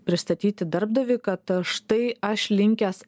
pristatyti darbdaviui kad štai aš linkęs